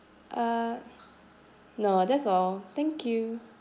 uh no that's all thank you